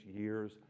years